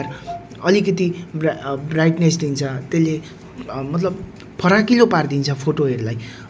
तल झर्दै गरेको हो एकदम रमाइलो एकदम हरियाली अनि त्यति बेला चाहिँ हामी रेनी सिजनमा गएको थियौँ